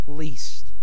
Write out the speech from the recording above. least